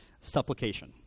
supplication